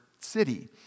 city